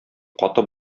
каты